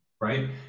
right